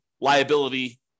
liability